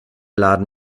laden